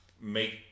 make